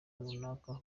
runaka